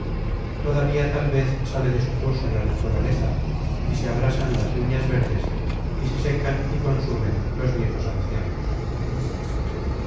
todavía tal vez sale de su curso la naturaleza y se abrasan las niñas verdes y se secan y consumen los viejos ancianos